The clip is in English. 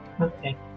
Okay